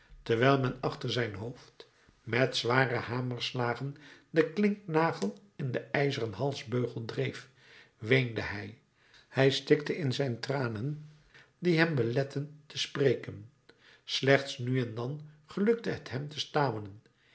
terwijl men achter zijn hoofd met zware hamerslagen den klinknagel in den ijzeren halsbeugel dreef weende hij hij stikte in zijn tranen die hem beletten te spreken slechts nu en dan gelukte het hem te stamelen